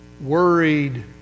worried